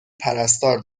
پرستار